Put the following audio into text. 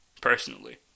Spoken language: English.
personally